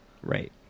Right